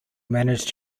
managed